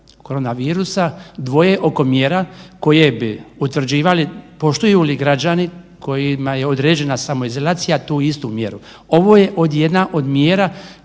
korona virusa dvoje oko mjera koje bi utvrđivali poštuju li građani kojima je određena samoizolacija tu istu mjeru. Ovo je jedna od mjera